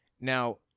Now